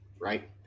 Right